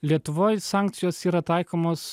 lietuvoj sankcijos yra taikomos